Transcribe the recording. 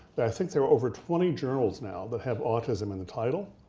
think there are over twenty journals now that have autism in the title.